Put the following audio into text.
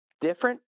different